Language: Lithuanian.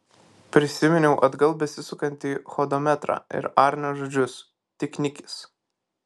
prisiminiau atgal besisukantį hodometrą ir arnio žodžius tik nikis